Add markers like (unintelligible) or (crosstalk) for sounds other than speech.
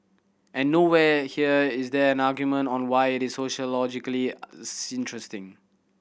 and nowhere here is there an argument on why it is sociologically (unintelligible) interesting